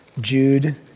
Jude